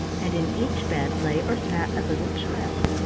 and in each bed lay or sat a little child.